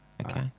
Okay